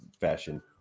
fashion